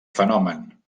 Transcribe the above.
fenomen